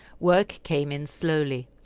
work came in slowly,